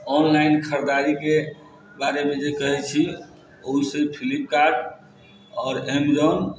online खरीदारीके बारेमे जे कहै छी ओहिसँ फ्लिपकार्ट आओर एमेजॉन